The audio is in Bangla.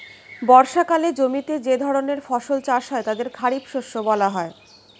বর্ষাকালে জমিতে যে ধরনের ফসল চাষ হয় তাদের খারিফ শস্য বলা হয়